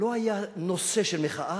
לא היה נושא של מחאה,